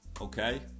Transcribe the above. Okay